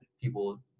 people